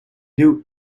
new